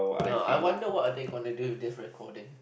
no I wonder what are they gonna do with this recording